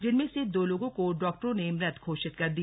जिनमें से दो लोगों को डॉक्टरों ने मृत घोषित कर दिया